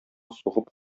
сугып